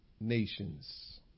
nations